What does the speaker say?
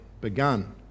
begun